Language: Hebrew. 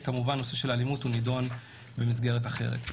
הנושא של האלימות נדון במסגרת אחרת,